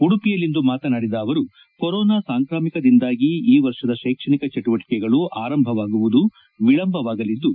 ಉಡುಪಿಯಲ್ಲಿಂದು ಮಾತನಾಡಿದ ಅವರು ಕೊರೋನಾ ಸಾಂಕ್ರಾಮಿಕದಿಂದಾಗಿ ಈ ವರ್ಷದ ಶೈಕ್ಷಣಿಕ ಚಟುವಟಿಕೆಗಳು ಆರಂಭವಾಗುವುದು ವಿಳಂಬವಾಗಲಿದ್ದು